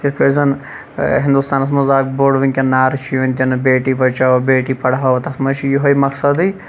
یِتھ پٲٹھۍ زَن ہِندُستانَس مَنٛز اکھ بوٚڑ وٕنکٮ۪ن نارٕ چھُ یِون دِنہٕ بیٹی بَچاو بیٹی پَڑھاو تَتھ مَنٛز چھُ یُہے مَقصَدے